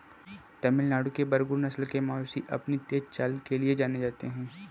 तमिलनाडु के बरगुर नस्ल के मवेशी अपनी तेज चाल के लिए जाने जाते हैं